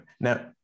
now